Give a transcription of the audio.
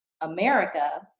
America